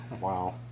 Wow